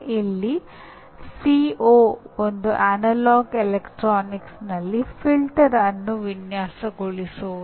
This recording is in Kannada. ಆದ್ದರಿಂದ ಆ ಮಟ್ಟಿಗೆ ನಮ್ಮ ಕಲಿಕೆಯನ್ನುಈ ಅರಿವಿನ ಚಟುವಟಿಕೆಗಳ ಮೂಲಕ ನೋಡಬಹುದು